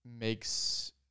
makes